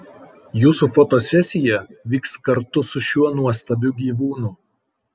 jūsų fotosesija vyks kartu su šiuo nuostabiu gyvūnu